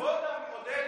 עודד,